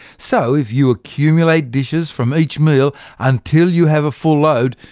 so if you accumulate dishes from each meal until you have full load,